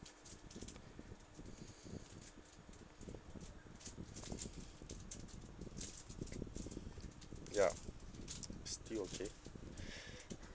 ya still okay